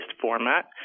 format